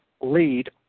lead